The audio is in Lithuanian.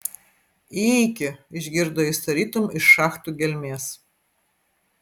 įeiki išgirdo jis tarytum iš šachtų gelmės